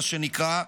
מה שנקרא,